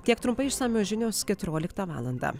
tiek trumpai išsamios žinios keturioliktą valandą